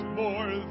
more